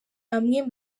amwe